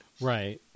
Right